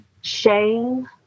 shame